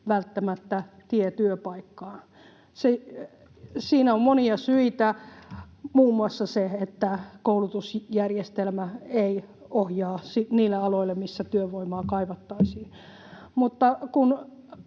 välttämättä aidosti tie työpaikkaan. Siinä on monia syitä, muun muassa se, että koulutusjärjestelmä ei ohjaa niille aloille, millä työvoimaa kaivattaisiin.